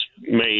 made